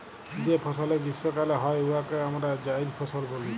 যে ফসলে গীষ্মকালে হ্যয় উয়াকে আমরা জাইদ ফসল ব্যলি